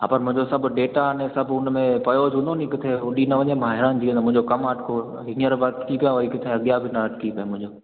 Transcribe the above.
हा पर मुंहिंजो सभु डेटा अने सभु हुन में पियो हूंदो नी किथे उॾी न वञे मां हैरान थी वेंदुमि मुंहिंजो कमु अटकी हींअर बि अटकी पियो आहे वरी किथे अॻियां बि न अटकी पए मुंहिंजो